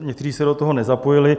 Někteří se do toho nezapojili.